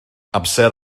amser